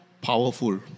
powerful